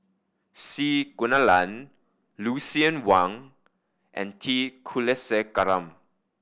C Kunalan Lucien Wang and T Kulasekaram